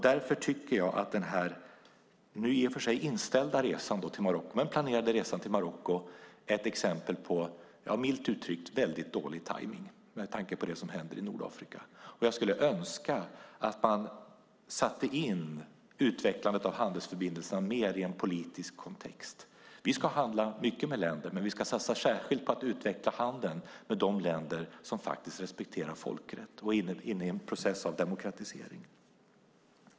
Därför tycker jag att den planerade - nu i och för sig inställda - resan till Marocko är ett exempel på milt uttryckt dålig tajmning med tanke på det som händer i Nordafrika. Jag skulle önska att man satte in utvecklandet av handelsförbindelserna mer i en politisk kontext. Vi ska handla mycket med länder, men vi ska satsa särskilt på att utveckla handeln med de länder som respekterar folkrätt och är inne i en process av demokratisering.